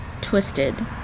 twisted